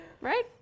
Right